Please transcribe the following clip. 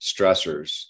stressors